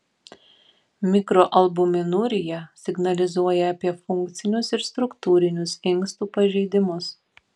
mikroalbuminurija signalizuoja apie funkcinius ir struktūrinius inkstų pažeidimus